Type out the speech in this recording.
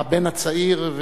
הבן הצעיר,